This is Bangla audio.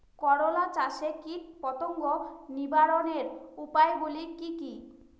করলা চাষে কীটপতঙ্গ নিবারণের উপায়গুলি কি কী?